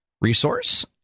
resource